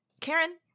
karen